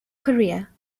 career